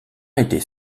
était